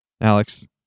Alex